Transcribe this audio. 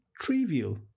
trivial